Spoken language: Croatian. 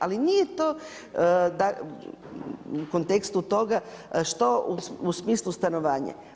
Ali nije to u kontekstu toga što u smislu stanovanja.